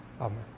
Amen